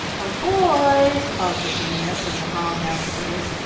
oh, boys, called virginia from the hall down-stairs.